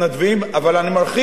אבל אני מרחיק לכת,